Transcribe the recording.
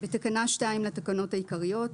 "תיקון תקנה 2 3. בתקנה 2 לתקנות העיקריות,